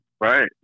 Right